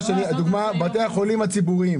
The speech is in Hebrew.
חתם עם בתי החולים הציבוריים